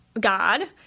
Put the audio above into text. God